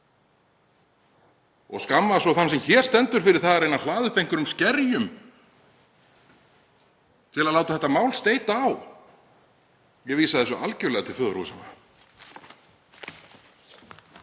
og skammi svo þann sem hér stendur fyrir að reyna að hlaða upp einhverjum skerjum til að láta þetta mál steyta á. Ég vísa þessu algerlega til föðurhúsanna.